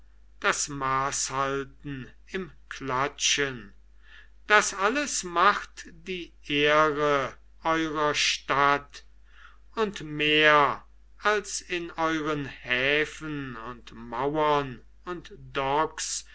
das maßhalten im klatschen das alles macht die ehre eurer stadt und mehr als in euren häfen und mauern und docks